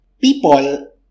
People